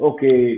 Okay